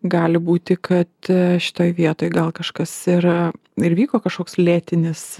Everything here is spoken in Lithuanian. gali būti kad šitoj vietoj gal kažkas ir ir vyko kažkoks lėtinis